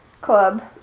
club